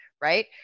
right